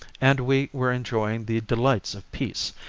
and we were enjoying the delights of peace,